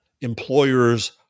employers